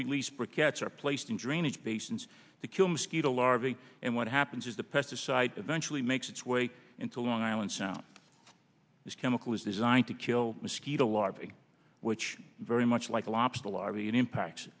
release bearcats are placed in drainage basins to kill mosquito larvae and what happens is the pesticide eventually makes its way into long island sound this chemical is designed to kill mosquito larvae which very much like a lobster larvae in impact